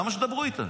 למה שידברו איתה?